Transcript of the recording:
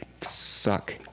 suck